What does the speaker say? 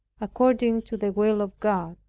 according to the will of god.